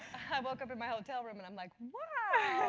i woke up in my hotel room and i'm like wow,